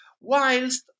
Whilst